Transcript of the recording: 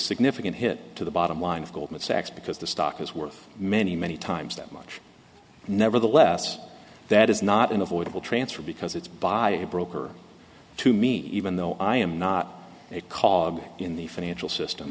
significant hit to the bottom line of goldman sachs because the stock is worth many many times that much nevertheless that is not an avoidable transfer because it's by a broker to me even though i am not a cog in the financial system